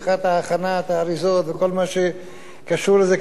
מבחינת הכנת האריזות וכל מה שקשור לזה,